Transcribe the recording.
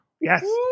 Yes